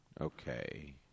Okay